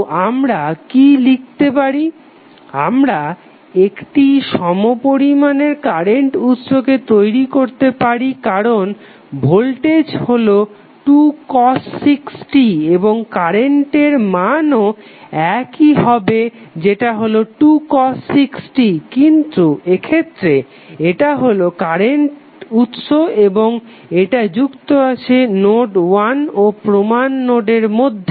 তো আমরা কি লিখতে পারি আমরা একটি সমপরিমানের কারেন্ট উৎসকে তৈরি করতে পারি কারণ ভোল্টেজ হলো 2cos 6t এবং কারেন্টের মানও একই হবে যেটা হলো 2cos 6t কিন্তু এক্ষেত্রে এটা হলো কারেন্ট উৎস এবং এটা যুক্ত আছে নোড 1 ও প্রমান নোডের মধ্যে